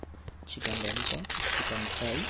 chicken lolly pop chicken fry